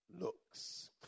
looks